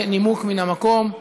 נימוק מן המקום,